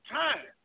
time